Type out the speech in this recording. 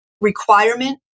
requirement